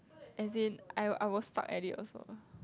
as in I will I will suck at it also